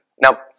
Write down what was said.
Now